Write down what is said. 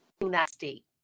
Nasty